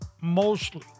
mostly